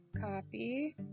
copy